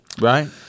Right